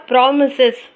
Promises